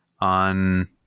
on